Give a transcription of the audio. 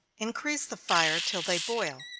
increase the fire till they boil.